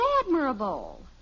admirable